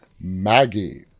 Maggie